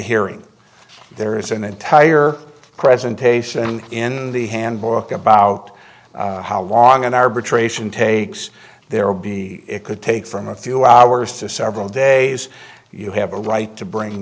hearing there is an entire presentation in the handbook about how long an arbitration takes there will be it could take from a few hours to several days you have a right to bring